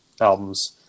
albums